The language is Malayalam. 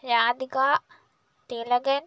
രാധിക തിലകൻ